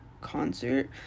concert